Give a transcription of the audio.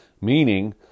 Meaning